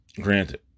granted